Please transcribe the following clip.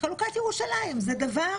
חלוקת ירושלים זה דבר